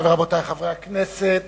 על שולחן הכנסת,